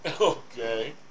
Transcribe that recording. Okay